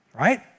Right